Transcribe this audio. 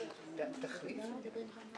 לפניי, הרבה פעמים הן